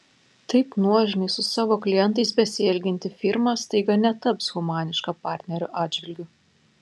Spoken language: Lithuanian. taip nuožmiai su savo klientais besielgianti firma staiga netaps humaniška partnerių atžvilgiu